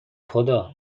خدا